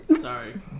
Sorry